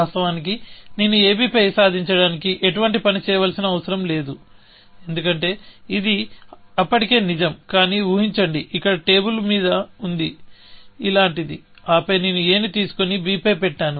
వాస్తవానికి నేను ab పై సాధించడానికి ఎటువంటి పని చేయవలసిన అవసరం లేదు ఎందుకంటే ఇది అప్పటికే నిజం కానీ ఊహించండి ఇక్కడ టేబుల్ మీద ఉంది లేదా ఇలాంటిది ఆపై నేను a ని తీసుకొని b పై పెట్టాను